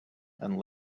and